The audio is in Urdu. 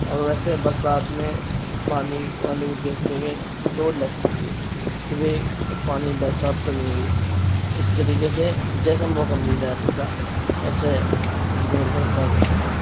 اور ویسے برسات میں پانی وانی کو دیکھتے ہوئے دوڑ لگتی تھی کہ بھئی پانی برسات تو نہیں ہوئی اس طریقے سے جیسا موقع مل جاتا تھا ویسے دوڑ کا حساب ہوتا تھا